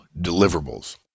deliverables